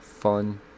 Fun